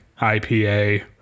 IPA